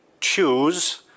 choose